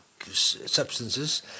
substances